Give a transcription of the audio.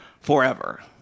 forever